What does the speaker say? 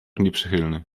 nieprzychylny